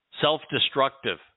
self-destructive